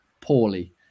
poorly